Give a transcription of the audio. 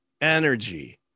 energy